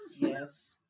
Yes